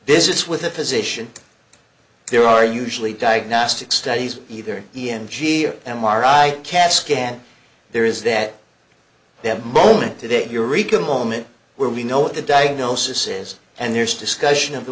visits with a physician there are usually diagnostic studies either in g m r i cat scan there is that that moment today eureka moment where we know what the diagnosis is and there's discussion of the